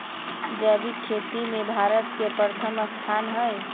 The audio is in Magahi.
जैविक खेती में भारत के प्रथम स्थान हई